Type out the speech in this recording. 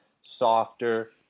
softer